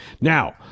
Now